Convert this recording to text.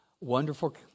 wonderful